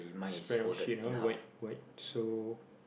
spread out sheets ah white white so